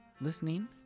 listening